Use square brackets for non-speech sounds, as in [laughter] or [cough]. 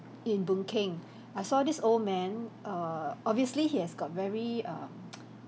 in boon keng [breath] I saw this old man err obviously he has got very um [noise]